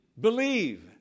Believe